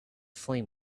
flame